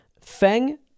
feng